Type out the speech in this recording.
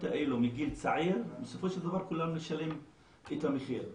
האלה מגיל צעיר בסופו של דבר כולנו נשלם את המחיר.